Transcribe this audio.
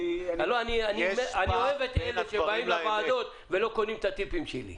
אני אוהב את אלה שבאים לוועדות ולא קונים את הטיפים שלי.